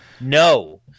No